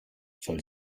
soll